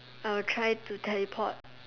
I will try to teleport